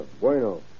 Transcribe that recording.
Bueno